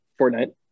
Fortnite